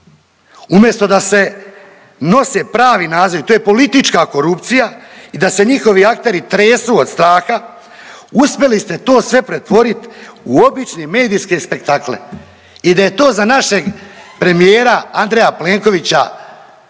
Umjesto da se nose pravi nazivi to je politička korupcija i da se njihovi akteri tresu od straha uspjeli ste to sve pretvorit u obične medijske spektakle i da je to za našeg premijera Andreja Plenkovića